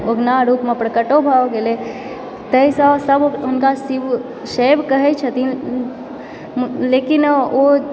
उगना रूपमे प्रकटो भऽ गेलय ताहिसँ सभ हुनका शिव शैव कहय छथिन लेकिन ओ